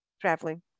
traveling